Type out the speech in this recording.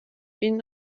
been